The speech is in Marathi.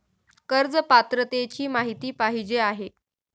कर्ज पात्रतेची माहिती पाहिजे आहे?